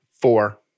Four